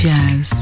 Jazz